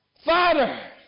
Father